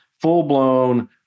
full-blown